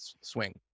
swing